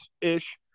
ish